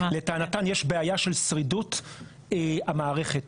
לטענתם יש בעיה של שרידות המערכת,